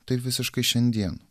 tai visiškai šiandien